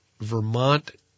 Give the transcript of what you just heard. Vermont